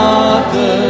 Father